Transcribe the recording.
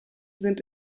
sind